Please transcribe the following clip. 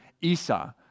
Esau